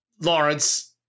Lawrence